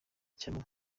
icyampa